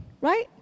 right